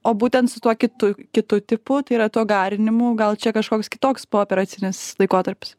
o būtent su tuo kitu kitu tipu tai yra to garinimu gal čia kažkoks kitoks pooperacinis laikotarpis